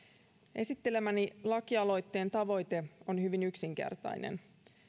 esittelemäni lakialoitteen tavoite on hyvin yksinkertainen